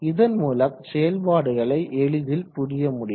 இதன் மூலம் செயல்பாடுகளை எளிதில் புரிய முடியும்